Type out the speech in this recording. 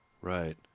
Right